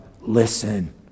Listen